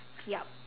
yup